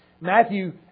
Matthew